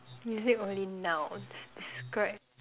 using only nouns describe